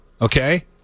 Okay